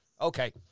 Okay